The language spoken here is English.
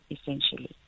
essentially